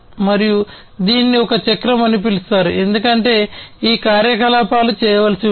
మరియు దీనిని ఒక చక్రం అని పిలుస్తారు ఎందుకంటే ఈ కార్యకలాపాలు చేయవలసి ఉంటుంది